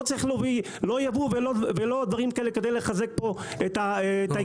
לא צריך לא ייבוא ולא דברים כאלה כדי לחזק פה את הטייקונים.